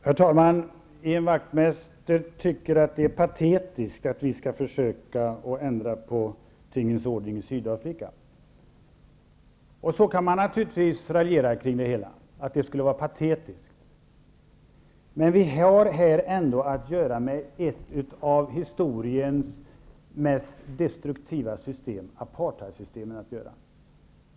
Herr talman! Ian Wachtmeister tycker att det är patetiskt att vi försöker ändra tingens ordning i Sydafrika. Man kan naturligtvis raljera med det, som Ian Wachtmeister gjorde. Men vi har här ändå att göra med ett av historiens mest destruktiva system, apartheidsystemet.